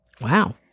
Wow